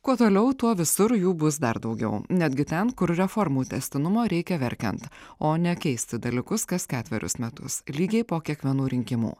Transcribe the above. kuo toliau tuo visur jų bus dar daugiau netgi ten kur reformų tęstinumo reikia verkiant o ne keisti dalykus kas ketverius metus lygiai po kiekvienų rinkimų